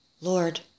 Lord